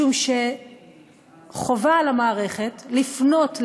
משום שחובה על המערכת לפנות,